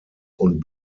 und